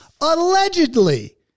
Allegedly